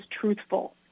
truthful